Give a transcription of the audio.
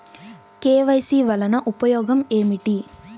KYC వలన ఉపయోగం ఏమిటీ?